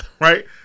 right